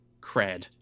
cred